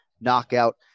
knockout